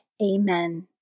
Amen